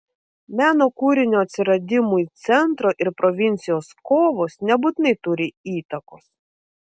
meno kūrinio atsiradimui centro ir provincijos kovos nebūtinai turi įtakos